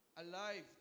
alive